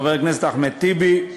חבר הכנסת אחמד טיבי,